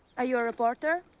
are you a reporter?